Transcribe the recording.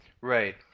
Right